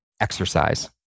exercise